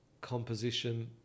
composition